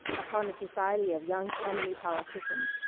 upon a society of young tammany politicians,